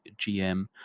GM